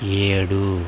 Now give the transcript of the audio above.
ఏడు